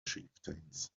chieftains